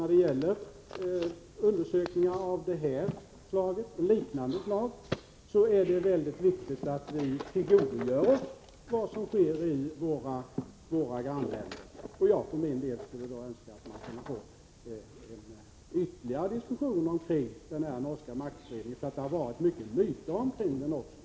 När det gäller undersökningar av detta och liknande slag är det väldigt viktigt att vi tillgodogör oss vad som sker i våra grannländer. Jag önskar att man kunde få till stånd en mer omfattande diskussion om den norska maktutredningen. Det har skapats många myter omkring den.